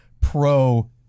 pro